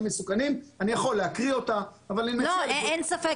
יכול כל אחד לחקור, פנטסטי.